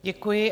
Děkuji.